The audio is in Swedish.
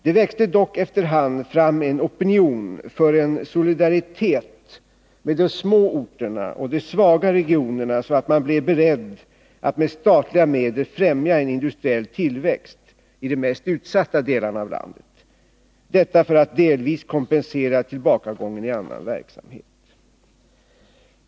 Det växte dock efter hand fram en opinion för en solidaritet med de små orterna och de svaga regionerna, så att man blev beredd att med statliga medel främja en industriell tillväxt i de mest utsatta delarna av landet; detta för att delvis kompensera tillbakagången i annan verksamhet.